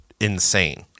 insane